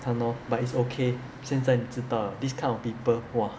!hannor! but it's okay 现在你知道了 this kind of people !wah!